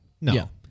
No